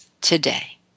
today